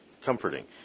comforting